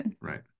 Right